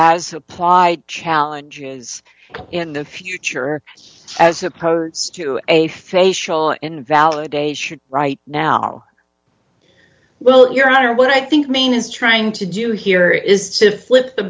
as apply challenges in the future as opposed to a facial invalidation right now well your honor what i think maine is trying to do here is to flip the